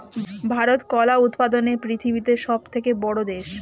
ভারত কলা উৎপাদনে পৃথিবীতে সবথেকে বড়ো দেশ